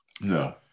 No